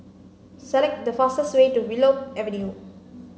select the fastest way to Willow Avenue